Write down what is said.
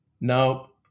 Now